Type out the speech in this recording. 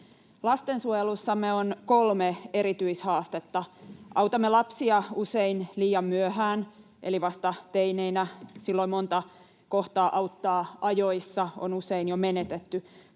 Lastensuojelussamme on kolme erityishaastetta. Autamme lapsia usein liian myöhään eli vasta teineinä, silloin monta kohtaa auttaa ajoissa on usein jo menetetty.